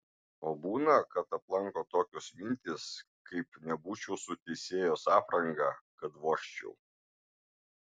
o būna kad aplanko tokios mintys kaip nebūčiau su teisėjos apranga kad vožčiau